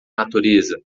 natureza